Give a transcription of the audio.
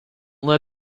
let